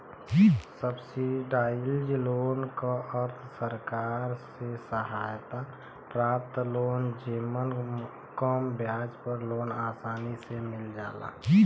subsidised loan क अर्थ सरकार से सहायता प्राप्त लोन जेमन कम ब्याज पर लोन आसानी से मिल जाला